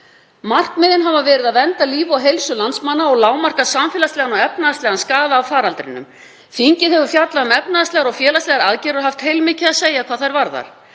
Markmiðin hafa verið að vernda líf og heilsu landsmanna og lágmarka samfélagslegan og efnahagslegan skaða af faraldrinum. Þingið hefur fjallað um efnahagslegar og félagslegar aðgerðir og haft heilmikið að segja hvað þær varðar.